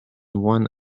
one